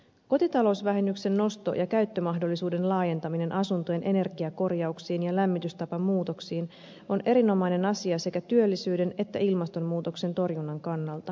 kotitalousvähennyksen nosto ja käyttömahdollisuuden laajentaminen asuntojen energiakorjauksiin ja lämmitystapamuutoksiin on erinomainen asia sekä työllisyyden että ilmastonmuutoksen torjunnan kannalta